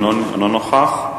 אינו נוכח.